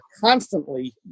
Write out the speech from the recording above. constantly